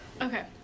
Okay